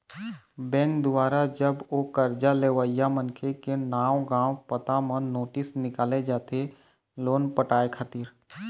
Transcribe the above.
bank दुवारा जब ओ करजा लेवइया मनखे के नांव गाँव पता म नोटिस निकाले जाथे लोन पटाय खातिर